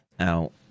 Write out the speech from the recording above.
out